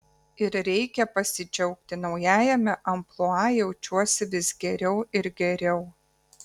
ir reikia pasidžiaugti naujajame amplua jaučiuosi vis geriau ir geriau